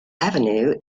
avenue